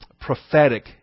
prophetic